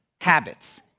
habits